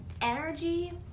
energy